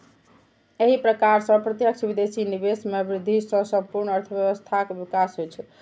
एहि प्रकार सं प्रत्यक्ष विदेशी निवेश मे वृद्धि सं संपूर्ण अर्थव्यवस्थाक विकास होइ छै